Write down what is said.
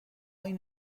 این